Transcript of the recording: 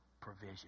provision